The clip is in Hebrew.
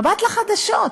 מבט לחדשות.